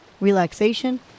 relaxation